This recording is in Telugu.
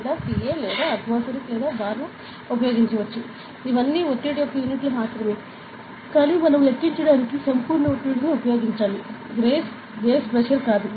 మేము Pa లేదా atmosphere లేదా బార్ను ఉపయోగించవచ్చు ఇవన్నీ ఒత్తిడి యొక్క యూనిట్లు మాత్రమే కానీ మనం లెక్కించడానికి సంపూర్ణ ఒత్తిడిని ఉపయోగించాలి గేజ్ ప్రెజర్ కాదు